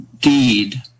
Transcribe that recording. deed